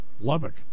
Lubbock